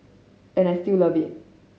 and I still love it